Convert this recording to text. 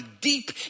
deep